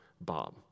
Bob